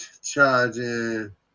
charging